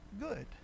good